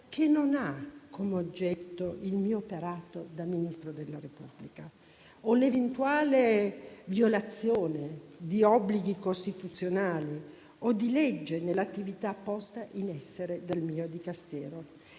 che non ha come oggetto il mio operato da Ministro della Repubblica, o l'eventuale violazione di obblighi costituzionali o di legge nell'attività posta in essere dal mio Dicastero